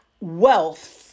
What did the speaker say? wealth